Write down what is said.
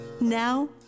Now